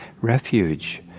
refuge